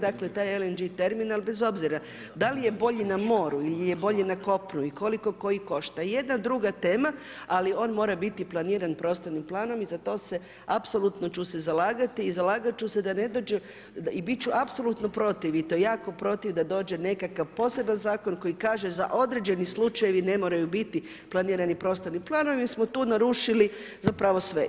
Dakle, taj LNG terminal, bez obzira da li je bolji na moru ili je bolji na kopnu, i koliko koji košta i jedna i druga tema, ali on mora biti planiran prostornim planom i za to se apsolutno ću se zalagati i zalagati ću se da ne dođe i biti ću apsolutno protiv i to jako protiv da dođe nekakav poseban zakon, koji kaže za određeni slučajevi ne moraju biti planirani prostorni planovi, jer smo tu narušili zapravo sve.